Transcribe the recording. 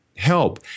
Help